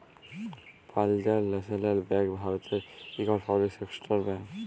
Punjab National Bank ভারতের ইকট public sector bank